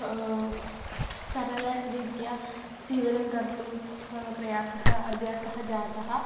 सरलरीत्या सीवनं कर्तुं मम प्रयासः अभ्यासः जातः